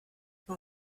nur